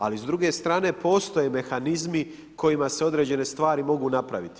Ali s druge strane postoje mehanizmi s kojima se određene stvari mogu napraviti.